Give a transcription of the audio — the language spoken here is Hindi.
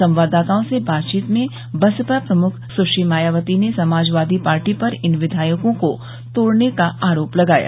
संवाददाताओं से बातचीत में बसपा प्रमुख सुश्री मायावती ने समाजवादी पार्टी पर इन विधायकों को तोड़ने का आरोप लगाया